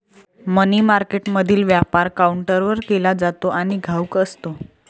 मनी मार्केटमधील व्यापार काउंटरवर केला जातो आणि घाऊक असतो